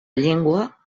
llengua